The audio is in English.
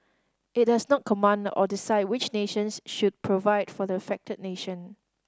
it does not command or decide which nations should provide for the affected nation